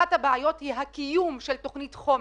אחת הבעיות היא הקיום של תוכנית חומש.